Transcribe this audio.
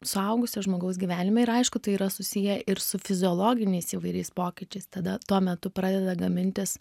suaugusio žmogaus gyvenime ir aišku tai yra susiję ir su fiziologiniais įvairiais pokyčiais tada tuo metu pradeda gamintis